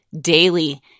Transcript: daily